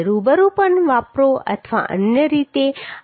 રૂબરૂ પણ વાપરો અથવા અન્ય રીતે આપણે ઉપયોગ કરી શકીએ